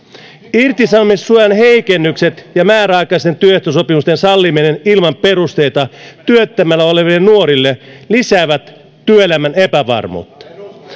irtisanomissuojan heikennykset ja määräaikaisten työehtosopimusten salliminen ilman perusteita työttömänä oleville nuorille lisäävät työelämän epävarmuutta